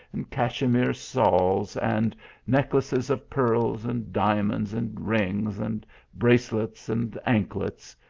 and cachemire shawls, and necklaces of pearls, and diamonds, and rings, and bracelets, and anklets,